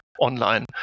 online